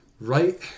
right